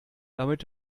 damit